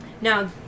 Now